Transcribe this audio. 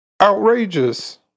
outrageous